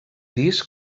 disc